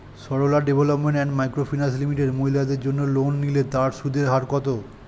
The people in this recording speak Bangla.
Sarala development and micro finance limited মহিলাদের জন্য লোন নিলে তার সুদের হার কত?